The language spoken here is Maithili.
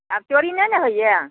आब चोरी नहि ने होइया